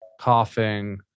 coughing